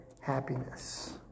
happiness